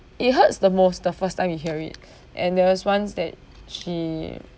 it hurts the most the first time you hear it and there was once that she